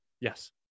Yes